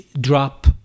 drop